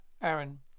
Aaron